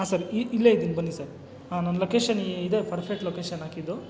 ಹಾಂ ಸರ್ ಇಲ್ಲೇ ಇದ್ದೀನಿ ಬನ್ನಿ ಸರ್ ಹಾಂ ನನ್ನ ಲೊಕೇಶನ್ ಇದೆ ಪರ್ಫೆಕ್ಟ್ ಲೊಕೇಶನ್ ಹಾಕಿದ್ದು